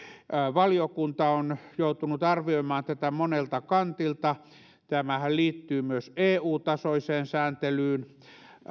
valiokunta on joutunut arvioimaan tätä monelta kantilta tämähän liittyy myös eu tasoiseen sääntelyyn